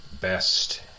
best